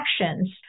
actions